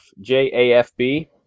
J-A-F-B